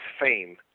fame